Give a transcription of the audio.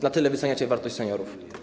Na tyle wyceniacie wartość seniorów?